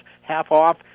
half-off